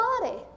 body